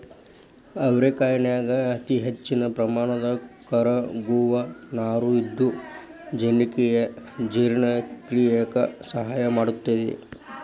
ಅವರಿಕಾಯನ್ಯಾಗ ಅತಿಹೆಚ್ಚಿನ ಪ್ರಮಾಣದ ಕರಗುವ ನಾರು ಇದ್ದು ಜೇರ್ಣಕ್ರಿಯೆಕ ಸಹಾಯ ಮಾಡ್ತೆತಿ